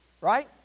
right